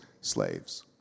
slaves